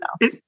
no